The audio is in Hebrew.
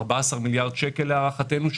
14 מיליארד שקל להערכתנו,